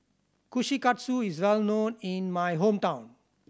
kushikatsu is well known in my hometown